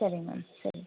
ಸರಿ ಮ್ಯಾಮ್ ಸರಿ